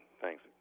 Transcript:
thanks